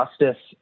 justice